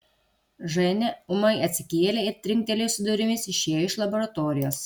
ženia ūmai atsikėlė ir trinktelėjusi durimis išėjo iš laboratorijos